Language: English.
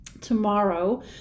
Tomorrow